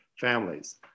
families